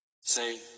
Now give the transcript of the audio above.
Say